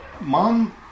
Mom